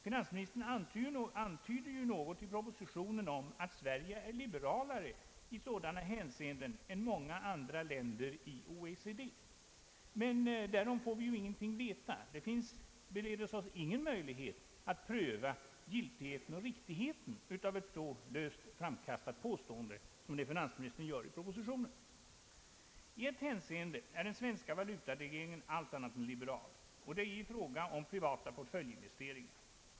Finansministern antyder något i propositionen om att Sverige är liberalare i sådana hänseenden än många andra länder i OECD. Men därom får vi ingenting veta. Det finns för oss ingen möjlighet att pröva giltigheten och riktigheten av ett så löst framkastat påstående som det finansministern gör i propositionen. I ett hänseende är den svenska valutaregleringen allt annat än liberal, och det är i fråga om privata portföljinvesteringar.